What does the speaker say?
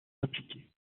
impliqués